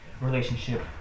relationship